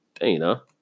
Dana